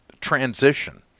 transition